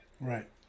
Right